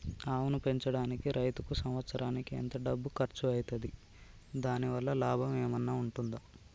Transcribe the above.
ఆవును పెంచడానికి రైతుకు సంవత్సరానికి ఎంత డబ్బు ఖర్చు అయితది? దాని వల్ల లాభం ఏమన్నా ఉంటుందా?